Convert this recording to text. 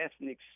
ethnic